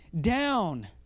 down